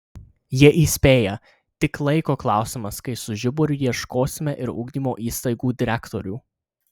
jie įspėja tik laiko klausimas kai su žiburiu ieškosime ir ugdymo įstaigų direktorių